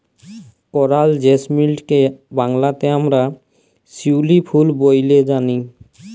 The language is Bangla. করাল জেসমিলটকে বাংলাতে আমরা শিউলি ফুল ব্যলে জানি